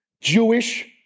jewish